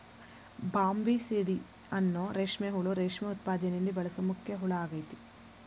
Bombycidae ಅನ್ನೋ ರೇಷ್ಮೆ ಹುಳು ರೇಷ್ಮೆ ಉತ್ಪಾದನೆಯಲ್ಲಿ ಬಳಸೋ ಮುಖ್ಯ ಹುಳ ಆಗೇತಿ